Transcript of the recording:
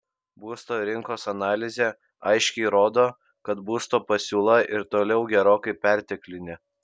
būsto rinkos analizė aiškiai rodo kad būsto pasiūla ir toliau gerokai perteklinė